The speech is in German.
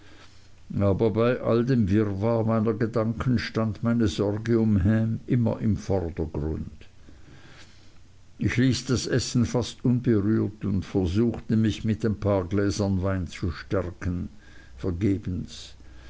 aber bei all dem wirrwarr meiner gedanken stand meine sorge um ham immer im vordergrund ich ließ das essen fast unberührt und versuchte mich mit ein paar gläsern wein zu stärken vergebens